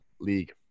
league